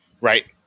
Right